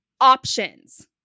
Options